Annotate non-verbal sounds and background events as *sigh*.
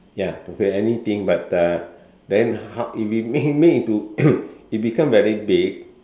ya could be anything but uh then how if it make make into *coughs* it become very big